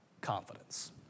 confidence